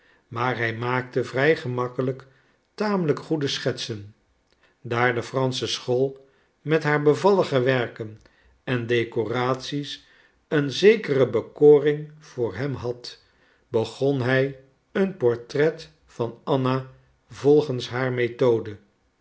maar hij maakte vrij gemakkelijk tamelijk goede schetsen daar de fransche school met haar bevallige werken en decoraties een zekere bekoring voor hem had begon hij een portret van anna volgens haar methode